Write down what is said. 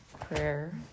prayer